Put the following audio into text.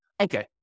Okay